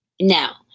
now